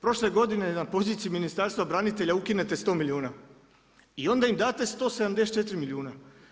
Prošle godine na poziciji Ministarstva branitelja ukinete 100 milijuna i onda im date 174 milijuna.